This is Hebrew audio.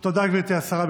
תודה, גברתי השרה.